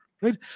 Right